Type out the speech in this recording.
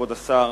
כבוד השר,